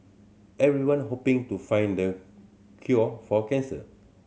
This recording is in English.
everyone hoping to find the cure for cancer